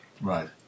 Right